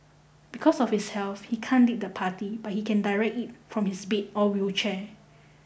because of his health he can't lead the party but he can direct it from his bed or wheelchair